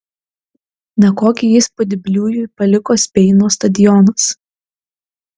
nekokį įspūdį bliujui paliko speino stadionas